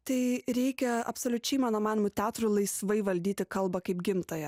tai reikia absoliučiai mano manymu teatrui laisvai valdyti kalbą kaip gimtąją